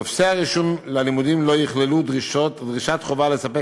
טופסי הרישום ללימודים לא יכללו דרישת חובה לספק